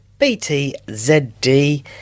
BTZD